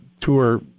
tour